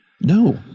no